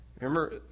Remember